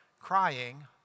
crying